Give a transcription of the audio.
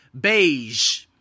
beige